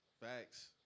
Facts